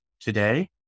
today